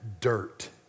dirt